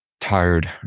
tired